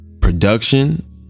production